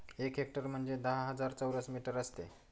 एक हेक्टर म्हणजे दहा हजार चौरस मीटर असते